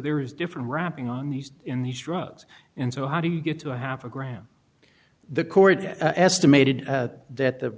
there is different wrapping on these in these drugs and so how do you get to a half a gram the cord estimated that the